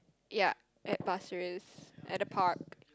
ya at Pasir-Ris at the park